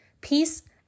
Peace